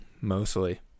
Mostly